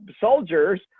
soldiers